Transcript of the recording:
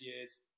years